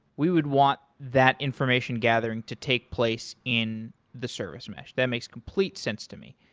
we would want that information gathering to take place in the service mesh. that makes complete sense to me.